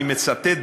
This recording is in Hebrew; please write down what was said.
אני מצטט,